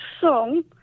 song